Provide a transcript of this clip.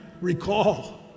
recall